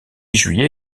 juillet